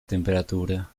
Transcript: temperatura